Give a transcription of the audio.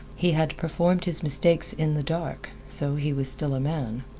he had performed his mistakes in the dark, so he was still a man.